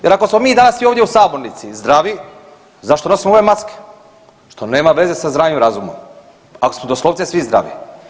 Jer, ako smo mi danas svi ovdje u sabornici zdravi, zašto nosimo ove maske, što nema veze sa zdravim razumom, ako smo doslovce svi zdravi?